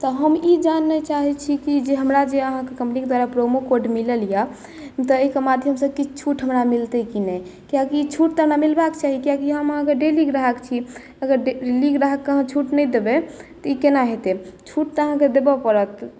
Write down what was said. तऽ हम ई जानऽके चाहै छी कि जे हमरा जे अहाँके कम्पनीके द्वारा प्रोमो कोड मिलल यऽ तऽ ओहिके माध्यम से किछु छुट हमरा मिलतै कि नहि कियाकि छुट तऽ हमरा मिलबाके चाही कियाकि हम अहाँके डेली ग्राहक छी अगर डेली ग्राहकके अहाँ छुट नहि देबै तऽ ई केना हेतै छुट तऽ अहाँकेँ देबऽ पड़त